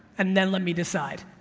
and then let me decide,